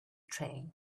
train